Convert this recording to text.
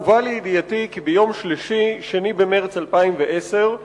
הובא לידיעתי כי ביום שלישי, 2 במרס 2010,